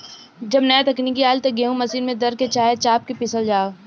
जब नाया तकनीक आईल त गेहूँ मशीन से दर के, चाहे चाप के पिसल जाव